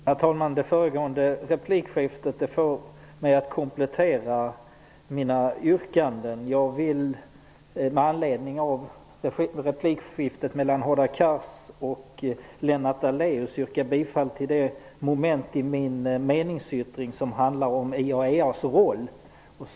Herr talman! Det föregående replikskiftet får mig att komplettera mina yrkanden. Jag vill, med anledning av replikskiftet mellan Hadar Cars och Lennart Daléus, yrka bifall till den del av min meningsyttring som handlar om IAEA:s roll.